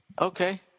Okay